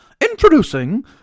Introducing